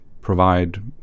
provide